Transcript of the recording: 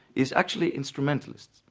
is actually instrumentalist,